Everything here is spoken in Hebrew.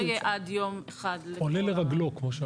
בסדר.